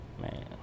Man